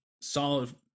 solid